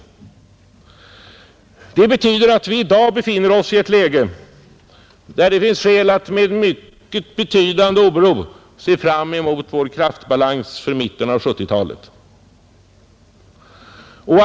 Allt detta betyder att vi i. dag befinner oss i ett läge där det finns skäl att med betydande oro se fram mot vår kraftbalans för mitten av 1970-talet.